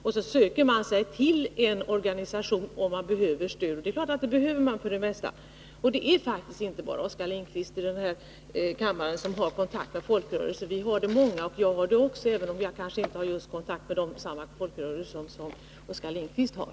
Sedan söker man sig till en organisation, om man behöver stöd — och det behöver man för det mesta. Det är faktiskt inte bara Oskar Lindkvist i den här kammaren som har kontakt med folkrörelser. Det är många av oss som har det. Jag har det också, även om jag inte har kontakt med samma folkrörelser som Oskar Lindkvist har.